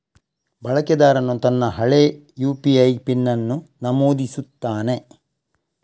ಬಳಕೆದಾರನು ತನ್ನ ಹಳೆಯ ಯು.ಪಿ.ಐ ಪಿನ್ ಅನ್ನು ನಮೂದಿಸುತ್ತಾನೆ